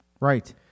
right